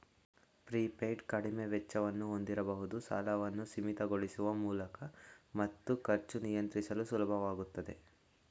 prepaid ಕಡಿಮೆ ವೆಚ್ಚವನ್ನು ಹೊಂದಿರಬಹುದು ಸಾಲವನ್ನು ಸೀಮಿತಗೊಳಿಸುವ ಮೂಲಕ ಮತ್ತು ಖರ್ಚು ನಿಯಂತ್ರಿಸಲು ಸುಲಭವಾಗುತ್ತೆ